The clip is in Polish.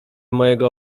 mojego